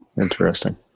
Interesting